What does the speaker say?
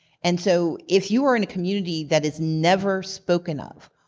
and so if you're in a community that is never spoken of,